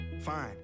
fine